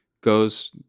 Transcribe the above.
goes